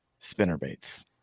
spinnerbaits